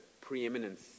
preeminence